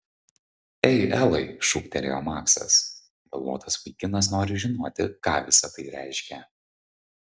ei elai šūktelėjo maksas galvotas vaikinas nori žinoti ką visa tai reiškia